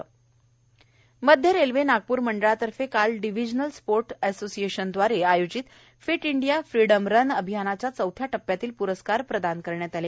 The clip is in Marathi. मध्य रेल्वे मध्य रेल्वे नागप्र मंडळातर्फे काल डिवीजनल स्पोटर्स असोसिएशन दवारे आयोजित फिट इंडिया फ्रीडम रन अभियानाच्या चौथ्या टप्प्यातील प्रस्कार प्रदान करण्यात आले